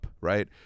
right